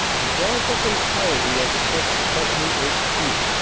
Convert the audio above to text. and dries up entirely as it gets to com pany h q?